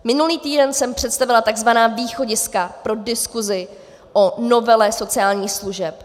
Minulý týden jsem představila takzvaná východiska pro diskusi o novele sociálních služeb.